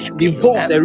divorce